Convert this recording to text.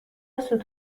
سوت